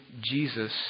Jesus